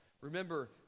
Remember